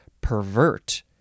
pervert